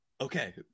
okay